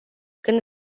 când